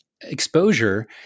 exposure